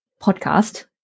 podcast